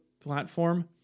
platform